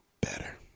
better